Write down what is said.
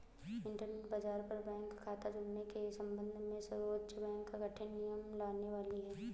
internet बाज़ार पर bank खता जुड़ने के सम्बन्ध में सर्वोच्च बैंक कठिन नियम लाने वाली है